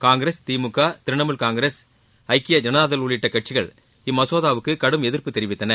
காங்கிரஸ் திமுக திரிணாமுல் காங்கிரஸ் ஐக்கிய ஐனதா தள் உள்ளிட்ட கட்சிகள் இம்மசோதாவுக்கு கடும் எதிர்ப்பு தெரிவித்தன